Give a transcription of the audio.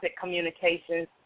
Communications